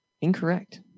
incorrect